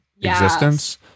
existence